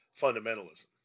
fundamentalism